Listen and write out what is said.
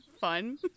fun